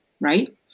right